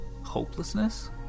hopelessness